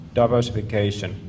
diversification